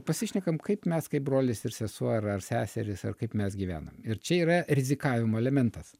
pasišnekam kaip mes kaip brolis ir sesuo ar seserys kaip mes gyvenam ir čia yra rizikavimo elementas